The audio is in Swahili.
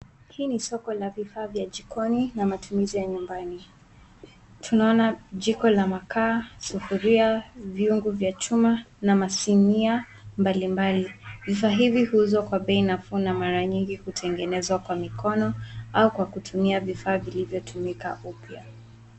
Hii ni soko ya vifaa vya jikoni na matumizi ya nyumbani. Tunaona jiko la makaa, sufuria, vyungu vya chuma na masinia mbalimbali. Vifaa hizi huuzwa kwa bei nafuu na mara nyingi hutengenezwa kwa mikono au kwa kutumia vifaa vilivyotumika upya.